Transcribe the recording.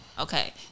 okay